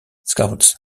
scouts